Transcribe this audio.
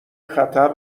خطر